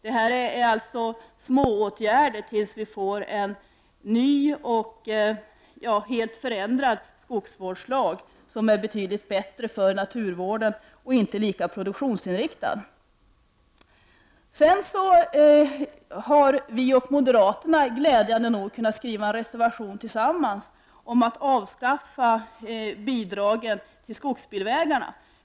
Detta är små åtgärder tills vi får en ny och helt förändrad skogsvårdslag som är betydligt bättre för naturvården och inte lika produktionsinriktad. Miljöpartiet och moderata samlingspartiet har glädjande nog kunnat skriva en reservation tillsammans om att avskaffa bidragen till skogsbilvägarna.